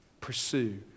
Pursue